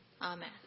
Amen